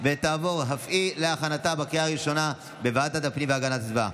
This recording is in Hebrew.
ותעבור אף היא להכנתה לקריאה הראשונה בוועדת הפנים והגנת הסביבה.